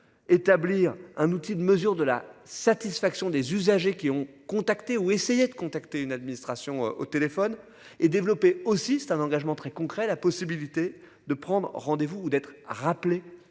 établir un outil de mesure de la satisfaction des usagers qui ont contacté ou essayer de contacter une administration au téléphone et développer aussi, c'est un engagement très concret, la possibilité de prendre rendez-vous d'être rappelé